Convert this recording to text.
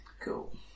Cool